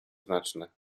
znaczne